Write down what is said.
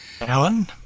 Alan